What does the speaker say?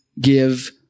give